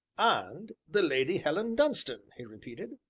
and the lady helen dunstan, he repeated.